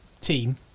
team